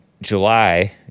July